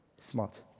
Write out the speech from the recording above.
Smart